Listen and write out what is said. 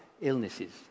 illnesses